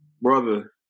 Brother